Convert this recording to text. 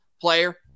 player